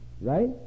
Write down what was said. right